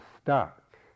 stuck